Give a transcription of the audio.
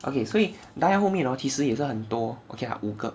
okay 所以 die 后面其实也是很多 okay lah 五个